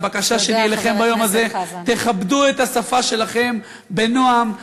הבקשה שלי אליכם ביום הזה: תכבדו את השפה שלכם בנועם,